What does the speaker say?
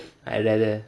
I rather